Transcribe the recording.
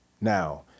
Now